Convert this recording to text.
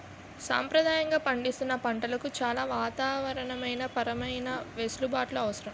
సంప్రదాయంగా పండిస్తున్న పంటలకు చాలా వాతావరణ పరమైన వెసులుబాట్లు అవసరం